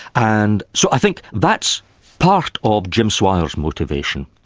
and so i think that's part of jim swire's motivation,